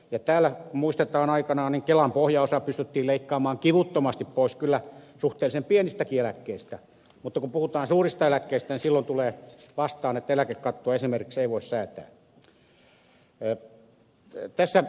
täällä kuten muistetaan aikanaan kelan pohjaosa pystyttiin leikkaamaan kivuttomasti pois kyllä suhteellisen pienistäkin eläkkeistä mutta kun puhutaan suurista eläkkeistä niin silloin tulee vastaan että eläkekattoa esimerkiksi ei voi säätää